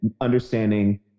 understanding